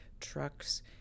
trucks